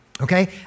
Okay